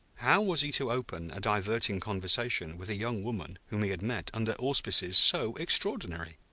how was he to open a diverting conversation with a young woman whom he had met under auspices so extraordinary?